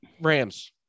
Rams